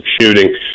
shooting